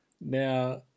Now